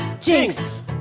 Jinx